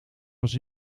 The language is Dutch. was